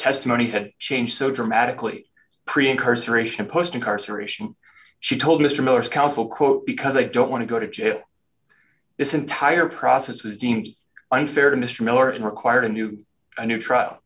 testimony had changed so dramatically pretty incarceration post incarceration she told mr miller's counsel quote because i don't want to go to jail this entire process was deemed unfair to mr miller and require a new a new trial